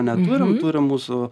neturim turim mūsų